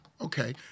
Okay